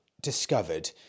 discovered